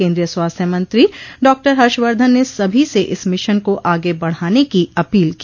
केन्द्रीय स्वास्थ्य मंत्री डॉ हर्ष वर्धन ने सभी से इस मिशन को आगे बढ़ाने की अपील की